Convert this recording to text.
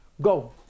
Go